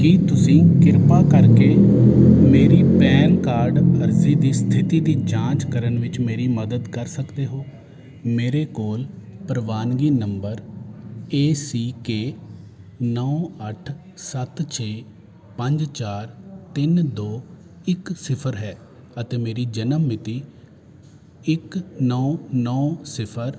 ਕੀ ਤੁਸੀਂ ਕਿਰਪਾ ਕਰਕੇ ਮੇਰੀ ਪੈਨ ਕਾਰਡ ਅਰਜ਼ੀ ਦੀ ਸਥਿਤੀ ਦੀ ਜਾਂਚ ਕਰਨ ਵਿੱਚ ਮੇਰੀ ਮਦਦ ਕਰ ਸਕਦੇ ਹੋ ਮੇਰੇ ਕੋਲ ਪ੍ਰਵਾਨਗੀ ਨੰਬਰ ਏ ਸੀ ਕੇ ਨੌਂ ਅੱਠ ਸੱਤ ਛੇ ਪੰਜ ਚਾਰ ਤਿੰਨ ਦੋ ਇੱਕ ਸਿਫਰ ਹੈ ਅਤੇ ਮੇਰੀ ਜਨਮ ਮਿਤੀ ਇੱਕ ਨੌਂ ਨੌਂ ਸਿਫਰ